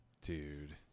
Dude